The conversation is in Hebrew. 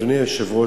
אדוני היושב-ראש,